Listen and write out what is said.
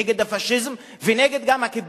נגד הפאשיזם וגם נגד הכיבוש.